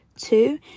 Two